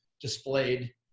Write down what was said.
displayed